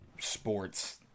sports